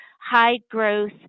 high-growth